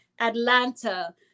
Atlanta